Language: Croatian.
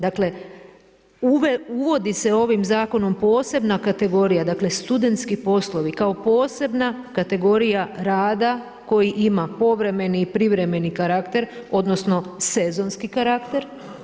Dakle, uvodi se ovim zakonom posebna kategorija, dakle studentski poslovi kao posebna kategorija rada koji ima povremeni i privremeni karakter, odnosno sezonski karakter.